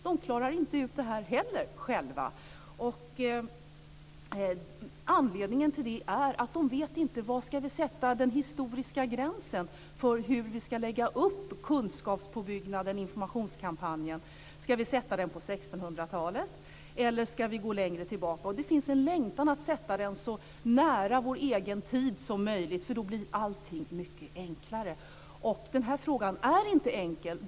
De klarar inte heller ut det här själva. Anledningen till det är att man inte vet var man ska sätta den historiska gränsen när det gäller frågan om hur man ska lägga upp en kunskapspåbyggnad, en informationskampanj. Ska gränsen sättas vid 1600 talet eller ska man gå längre tillbaka? Det finns en längtan att sätta den så nära vår egen tid som möjligt, för då blir allting mycket enklare. Den här frågan är inte enkel.